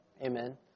Amen